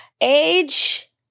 Age